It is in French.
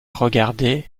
regardé